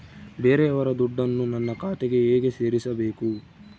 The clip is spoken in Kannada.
ಬೇರೆಯವರ ದುಡ್ಡನ್ನು ನನ್ನ ಖಾತೆಗೆ ಹೇಗೆ ಸೇರಿಸಬೇಕು?